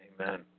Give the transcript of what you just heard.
Amen